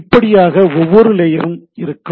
இப்படியாக ஒவ்வொரு லேயரும் இருக்கும்